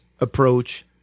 approach